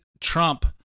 Trump